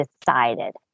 decided